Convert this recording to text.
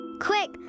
quick